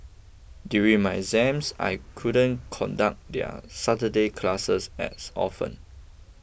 during my exams I couldn't conduct their Saturday classes as often